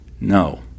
No